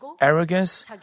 arrogance